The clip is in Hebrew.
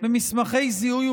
כפי שציין היושב-ראש,